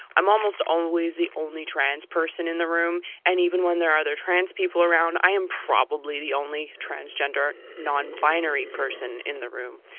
i'm almost always the only trans person in the room, and even when there are other trans people around i am probably the only transgender non binary person in the room.